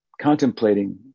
contemplating